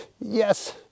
yes